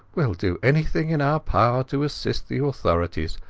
weall do anything in our power to assist the authorities.